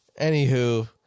Anywho